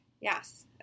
Yes